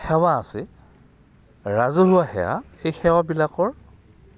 সেৱা আছে ৰাজহুৱা সেৱা সেই সেৱাবিলাকৰ